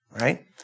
right